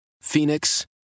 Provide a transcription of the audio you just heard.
Phoenix